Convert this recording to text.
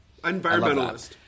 environmentalist